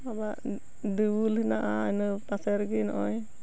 ᱟᱵᱟᱨ ᱫᱮᱣᱩᱞ ᱦᱮᱱᱟᱜᱼᱟ ᱤᱱᱟᱹ ᱯᱟᱥᱮ ᱨᱮᱜᱮ ᱱᱚᱜᱼᱚᱭ